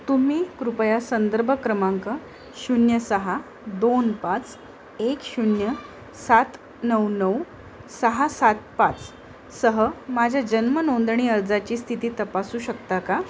तुम्ही कृपया संदर्भ क्रमांक शून्य सहा दोन पाच एक शून्य सात नऊ नऊ सहा सात पाच सह माझ्या जन्म नोंदणी अर्जाची स्थिती तपासू शकता का